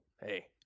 Hey